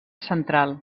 central